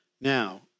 Now